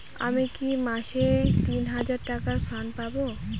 আমি কি মাসে তিন হাজার টাকার ঋণ পাবো?